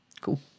Cool